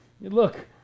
look